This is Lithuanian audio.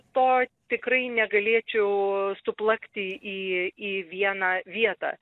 to tikrai negalėčiau suplakti į į vieną vietą